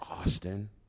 Austin